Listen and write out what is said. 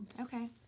Okay